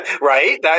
Right